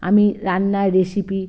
আমি রান্নায় রেসিপি